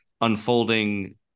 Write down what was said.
unfolding